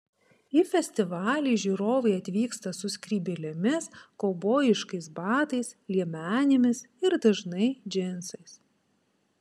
į festivalį žiūrovai atvyksta su skrybėlėmis kaubojiškais batais liemenėmis ir dažnai džinsais